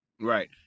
right